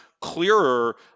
clearer